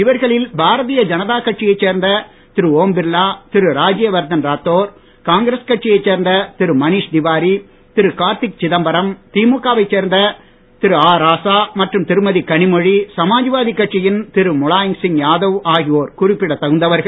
இவர்களில் பாரதிய ஜனதா கட்சியைச் சேர்ந்த திரு ஓம் பிர்லா திரு ராஜ்யவர்தன் ராதோர் காங்கிரஸ் கட்சியைச் சேர்ந்த திரு மனீஷ் திவாரி திரு கார்த்திக் சிதம்பரம் திமுகவைச் சேர்ந்த திரு ஆ ராசா மற்றும் திருமதி கனிமொழி சமாஜ்வாதிக் கட்சியின் திரு முலாயம்சிங் யாதவ் ஆகியோர் குறிப்பிடத் தகுந்தவர்கள்